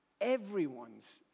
everyone's